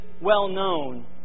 well-known